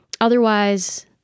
Otherwise